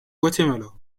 guatemala